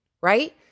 right